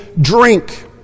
drink